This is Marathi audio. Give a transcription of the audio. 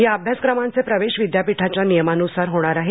या अभ्यासक्रमांचे प्रवेश विद्यापीठाच्या नियमानुसार होणार आहेत